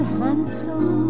handsome